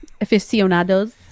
aficionados